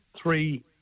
three